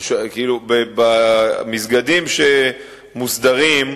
במסגדים שמוסדרים,